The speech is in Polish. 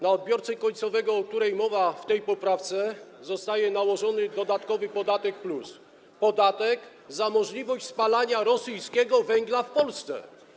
Na odbiorcę końcowego, o którym mowa w tej poprawce, zostaje nałożony dodatkowy podatek plus, podatek za możliwość spalania rosyjskiego węgla w Polsce.